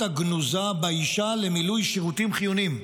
הגנוזה באישה למילוי שירותים חיוניים".